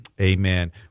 Amen